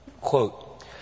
quote